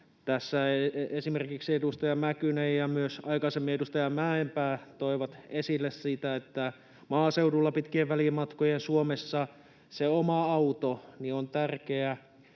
Tässä esimerkiksi edustaja Mäkynen ja aikaisemmin myös edustaja Mäenpää toivat esille sitä, että maaseudulla pitkien välimatkojen Suomessa se oma auto on tärkeä,